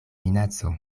minaco